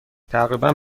تقریبا